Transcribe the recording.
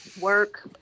Work